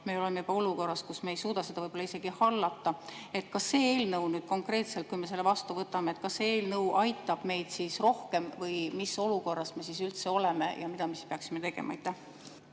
me oleme juba olukorras, kus me ei suuda seda võib-olla isegi hallata. Kas see eelnõu konkreetselt, kui me selle vastu võtame, aitab meid rohkem? Või mis olukorras me siis üldse oleme ja mida me peaksime tegema? Aitäh